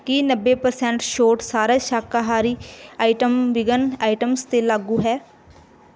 ਕੀ ਨੱਬੇ ਪਰਸੈਂਟ ਛੋਟ ਸਾਰਾ ਸ਼ਾਕਾਹਾਰੀ ਆਈਟਮ ਬਿਗਨ ਆਇਟਮਸ 'ਤੇ ਲਾਗੂ ਹੈ